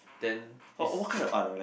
then he is